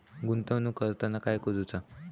गुंतवणूक करताना काय करुचा?